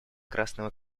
красного